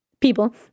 people